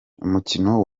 umukino